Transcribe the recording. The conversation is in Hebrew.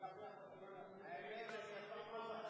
אתה מקפח אותי עכשיו.